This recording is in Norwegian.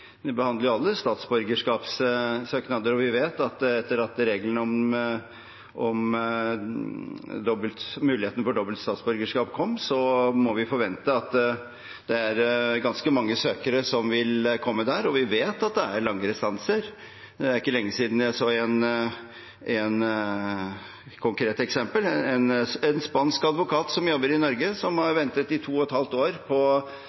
behandler alle statsborgerskapssøknader, og vi vet at etter at reglene om muligheten for dobbelt statsborgerskap kom, må vi forvente at det vil komme ganske mange søknader der, og vi vet at det er lange restanser. Det er ikke lenge siden jeg så et konkret eksempel: en spansk advokat som jobber i Norge, som har ventet i to og et halvt år på